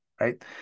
right